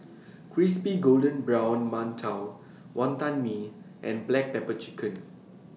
Crispy Golden Brown mantou Wonton Mee and Black Pepper Chicken